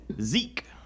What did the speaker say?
Zeke